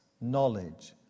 knowledge